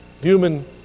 human